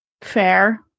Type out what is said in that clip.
Fair